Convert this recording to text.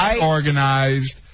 organized